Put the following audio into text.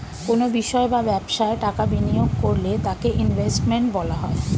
কোনো বিষয় বা ব্যবসায় টাকা বিনিয়োগ করলে তাকে ইনভেস্টমেন্ট বলা হয়